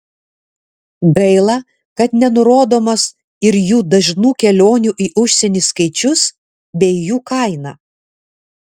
gaila kad nenurodomas ir jų dažnų kelionių į užsienį skaičius bei jų kaina